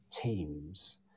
teams